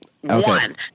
One